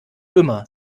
immer